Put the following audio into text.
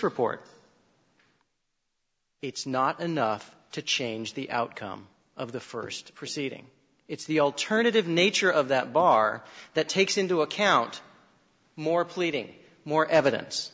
report it's not enough to change the outcome of the first proceeding it's the alternative nature of that bar that takes into account more pleading more evidence